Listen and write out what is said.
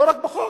לא רק בחוק.